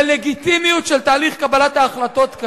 ללגיטימיות של תהליך קבלת ההחלטות.